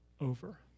Over